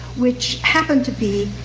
which happened to be